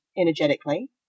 energetically